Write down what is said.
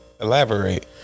Elaborate